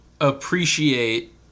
appreciate